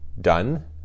done